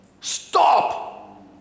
Stop